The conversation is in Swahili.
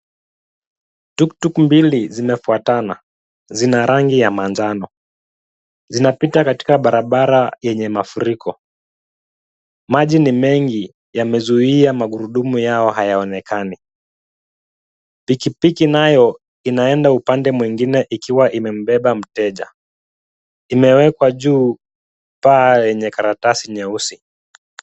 Tuktuk mbili zinafuatana. Zina rangi ya manjano. Zinapita katika barabara yenye mafuriko. Maji ni mengi, yamezuia magurudumu yao hayaonekani. Pikipiki nayo inaenda upande mwingine ikiwa imebeba mteja. Imewekwa juu paa lenye karatasi nyeusi.